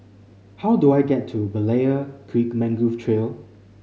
how do I get to Berlayer Creek Mangrove Trail